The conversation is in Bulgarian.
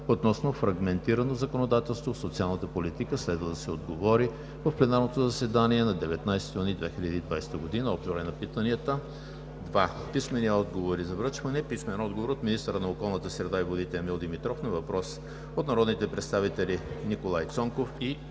относно фрагментирано законодателство в социалната политика. Следва да се отговори в пленарното заседание на 19 юни 2020 г. Писмени отговори за връчване от: - министъра на околната среда и водите Емил Димитров на въпрос от народните представители Николай Цонков и